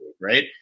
Right